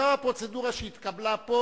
זו הפרוצדורה שהתקבלה פה,